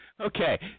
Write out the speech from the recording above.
Okay